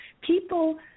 people